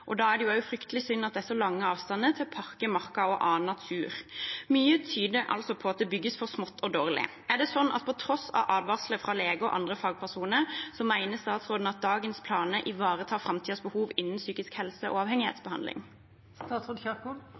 Da er det fryktelig synd at det er så lang avstand til parker, marka og annen natur. Mye tyder altså på at det bygges for smått og dårlig. Mener statsråden – på tross av advarsler fra leger og andre fagpersoner – at dagens planer ivaretar framtidens behov innen psykisk helse og avhengighetsbehandling?